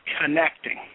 connecting